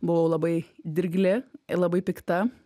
buvau labai dirgli labai pikta